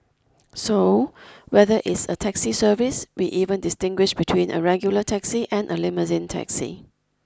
so whether it's a taxi service we even distinguish between a regular taxi and a limousine taxi